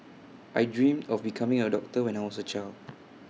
I dream of becoming A doctor when I was A child